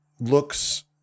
looks